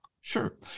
sure